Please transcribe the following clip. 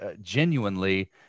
genuinely